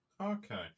Okay